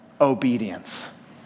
obedience